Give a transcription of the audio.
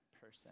person